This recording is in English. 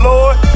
Lord